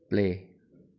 play